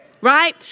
Right